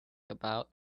about